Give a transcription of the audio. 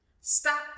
Stop